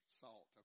salt